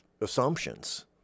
Assumptions